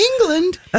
england